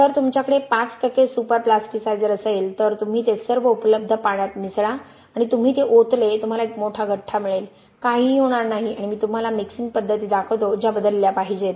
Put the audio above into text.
जर तुमच्याकडे 5 टक्के सुपर प्लास्टिसायझर असेल तर तुम्ही ते सर्व उपलब्ध पाण्यात मिसळा आणि तुम्ही ते ओतले तुम्हाला एक मोठा गठ्ठा मिळेल काहीही होणार नाही आणि मी तुम्हाला मिक्सिंग पद्धती दाखवतो ज्या बदलल्या पाहिजेत